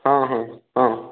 ହଁ ହଁ ହଁ